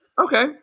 Okay